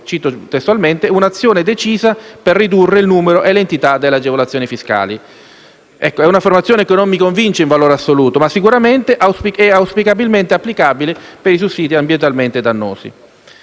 cito testualmente - «un'azione decisa per ridurre il numero e l'entità delle agevolazioni fiscali». È una affermazione che non mi convince in valore assoluto, ma è sicuramente auspicabile per i sussidi ambientalmente dannosi.